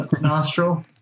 nostril